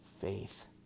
faith